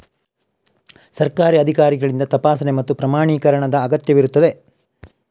ಸರ್ಕಾರಿ ಅಧಿಕಾರಿಗಳಿಂದ ತಪಾಸಣೆ ಮತ್ತು ಪ್ರಮಾಣೀಕರಣದ ಅಗತ್ಯವಿರುತ್ತದೆ